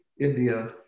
India